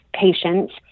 patients